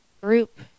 group